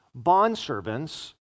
Bondservants